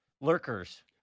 lurkers